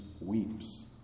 weeps